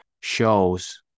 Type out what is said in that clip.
shows